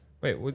Wait